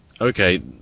Okay